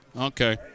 Okay